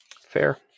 Fair